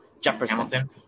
Jefferson